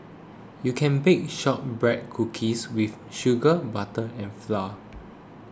you can bake Shortbread Cookies with sugar butter and flour